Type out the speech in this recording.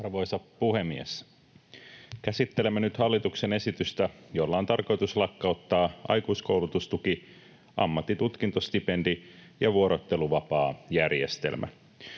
Arvoisa puhemies! Käsittelemme nyt hallituksen esitystä, jolla on tarkoitus lakkauttaa aikuiskoulutustuki, ammattitutkintostipendi ja vuorotteluvapaajärjestelmä.